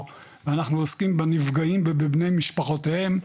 ואנחנו עוסקים בנפגעים ובבני משפחותיהם,